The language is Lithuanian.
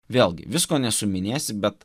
vėlgi visko nesuminėsi bet